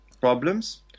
problems